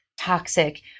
toxic